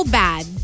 bad